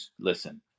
listen